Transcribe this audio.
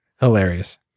Hilarious